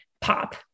pop